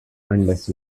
unless